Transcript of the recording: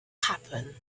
happen